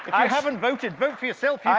i haven't voted. vote for yourself, yeah